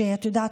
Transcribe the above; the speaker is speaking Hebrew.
שאת יודעת,